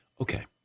Okay